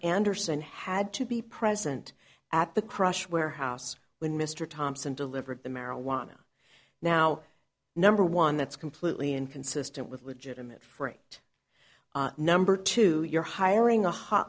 anderson had to be present at the crush warehouse when mr thompson delivered the marijuana now number one that's completely inconsistent with legitimate freight number two you're hiring a hot